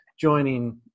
joining